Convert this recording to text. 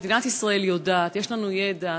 מדינת ישראל יודעת: יש לנו ידע,